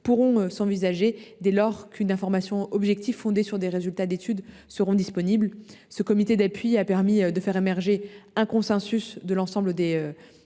pourront s’envisager dès lors qu’une information objective fondée sur les résultats d’études scientifiques sera disponible. Le comité d’appui a permis de faire émerger un consensus parmi l’ensemble des